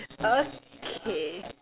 okay